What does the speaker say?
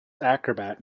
acrobat